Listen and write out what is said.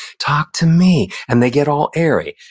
talk to me. and they get all airy.